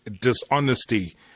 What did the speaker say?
dishonesty